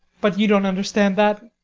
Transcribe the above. but you don't understand that.